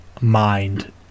mind